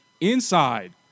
inside